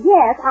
Yes